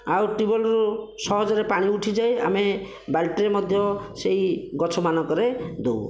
ଆଉ ଟିୟୁବଲ୍ ସହଜରେ ପାଣି ଉଠିଯାଏ ଆମେ ବାଲ୍ଟିରେ ମଧ୍ୟ ସେହି ଗଛମାନଙ୍କରେ ଦେଉ